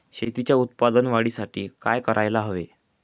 शेतीच्या उत्पादन वाढीसाठी काय करायला हवे?